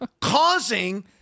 causing